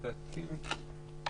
לדעתי,